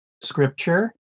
scripture